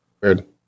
good